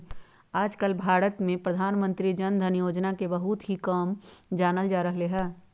आजकल भारत में प्रधानमंत्री जन धन योजना के बहुत ही कम जानल जा रहले है